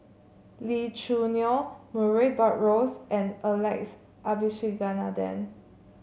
Lee Choo Neo Murray Buttrose and Alex Abisheganaden